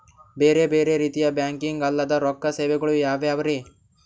ಬೇರೆ ಬೇರೆ ರೀತಿಯ ಬ್ಯಾಂಕಿಂಗ್ ಅಲ್ಲದ ರೊಕ್ಕ ಸೇವೆಗಳು ಯಾವ್ಯಾವ್ರಿ?